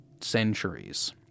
centuries